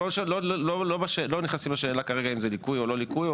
אנחנו לא נכנסים לשאלה כרגע אם זה ליקוי או לא ליקוי,